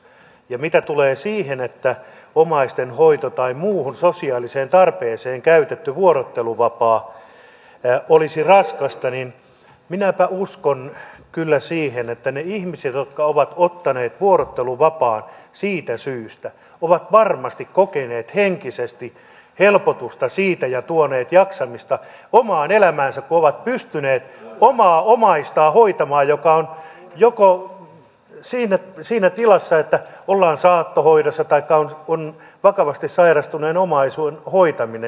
ja mitä tulee siihen että omaisten hoitoon tai muuhun sosiaaliseen tarpeeseen käytetty vuorotteluvapaa olisi raskasta niin minäpä uskon kyllä siihen että ne ihmiset jotka ovat ottaneet vuorotteluvapaan siitä syystä ovat varmasti kokeneet henkisesti helpotusta siitä ja tuoneet jaksamista omaan elämäänsä kun ovat pystyneet hoitamaan omaa omaistaan joka on siinä tilassa että ollaan saattohoidossa taikka on vakavasti sairastuneen omaisen hoitaminen